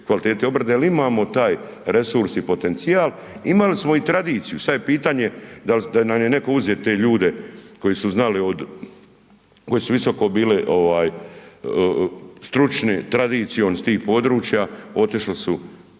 kvalitete obrade, al imamo taj resurs i potencijal, imali smo i tradiciju, sad je pitanje dal, dal nam je netko uzeo te ljude koji su znali od, koji su visoko bili ovaj stručni tradicijom iz tih područja, otišli su